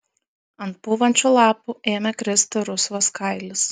ant pūvančių lapų ėmė kristi rusvas kailis